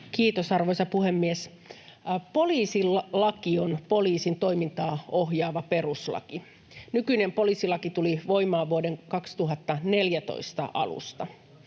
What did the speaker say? Kiitos, arvoisa puhemies! Poliisilaki on poliisin toimintaa ohjaava peruslaki. Nykyinen poliisilaki tuli voimaan vuoden 2014 alusta.